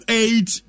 eight